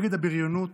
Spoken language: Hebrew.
נגד הבריונות